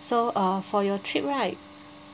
so uh for your trip right